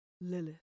Lilith